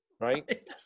right